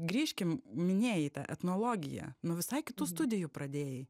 grįžkim minėjai tą etnologiją nuo visai kitų studijų pradėjai